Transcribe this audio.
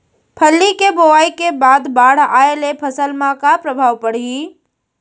फल्ली के बोआई के बाद बाढ़ आये ले फसल मा का प्रभाव पड़ही?